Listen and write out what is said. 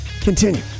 Continue